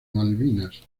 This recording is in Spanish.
malvinas